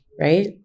right